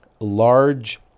large